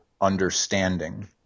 understanding